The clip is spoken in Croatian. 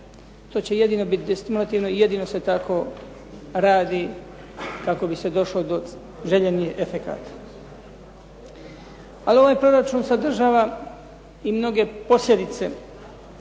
To će jedino biti destimulativno i jedino se tako radi kako bi se došlo do željeznih efekata. Ali ovaj proračun sadržava i mnoge posljedice